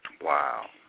Wow